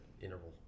interval